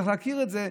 וצריך להכיר את זה,